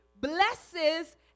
blesses